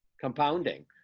Compounding